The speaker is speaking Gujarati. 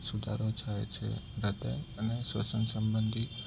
સુધારો થાય છે જાતે અને શ્વસન સંબધી